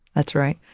that's right.